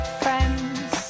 friends